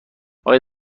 آیا